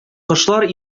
кошлар